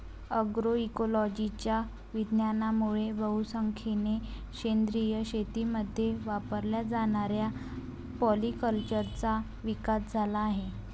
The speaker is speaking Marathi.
अग्रोइकोलॉजीच्या विज्ञानामुळे बहुसंख्येने सेंद्रिय शेतीमध्ये वापरल्या जाणाऱ्या पॉलीकल्चरचा विकास झाला आहे